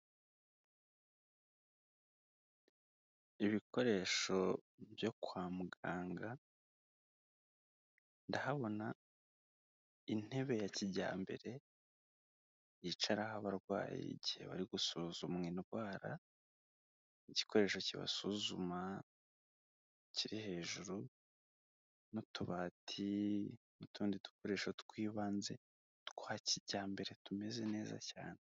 Ibikoresho byo kwa muganga ndahabona intebe ya kijyambere yicaraho abarwayi igihe bari gusuzumwa indwara, igikoresho kibasuzuma kiri hejuru, n'utubati n'utundi dukoresho tw'ibanze twa kijyambere tumeze neza cyane.